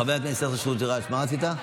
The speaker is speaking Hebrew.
חבר הכנסת חוג'יראת, מה רצית?